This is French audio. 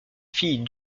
fille